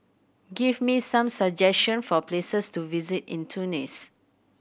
give me some suggestion for places to visit in Tunis